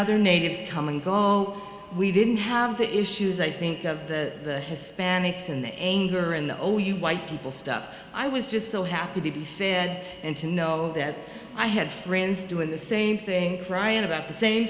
other natives coming though we didn't have the issues i think of the hispanics and anger in the oh you white people stuff i was just so happy to be fed and to know that i had friends doing the same thing crying about the same